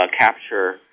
capture